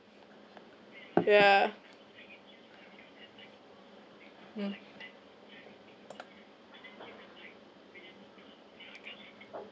yeah mm